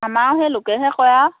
আমাৰো সেই লোকেহে কৰে আৰু